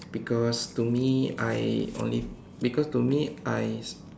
because to me I only because to me I